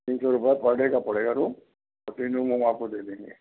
तीन सौ रुपये पर डे का पड़ेगा रूम और तीन रूम हम आपको दे देंगे